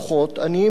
עניים מרודים,